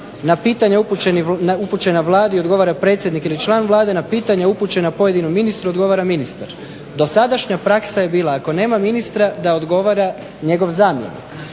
na pitanja upućena Vladi odgovara predsjednik ili član Vlade, na pitanja upućena pojedinom ministru odgovara ministar. Dosadašnja praksa je bila ako nema ministra da odgovara njegov zamjenik.